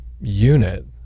unit